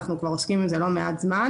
אנחנו עוסקים בזה לא מעט זמן